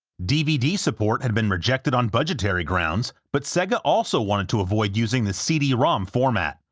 dvd support had been rejected on budgetary grounds, but sega also wanted to avoid using the cd-rom format,